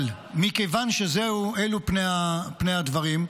אבל מכיוון שאלו פני הדברים,